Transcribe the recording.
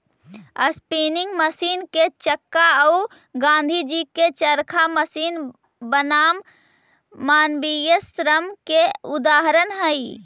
spinning machine के चक्का औ गाँधीजी के चरखा मशीन बनाम मानवीय श्रम के उदाहरण हई